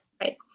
right